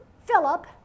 Philip